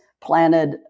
planted